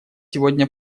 сегодня